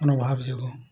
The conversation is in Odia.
ମନୋଭାବଯୋଗୁଁ